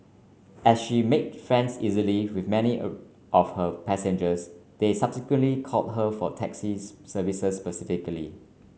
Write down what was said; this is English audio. as she make friends easily with many of her passengers they subsequently called her for taxis services specifically